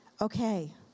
Okay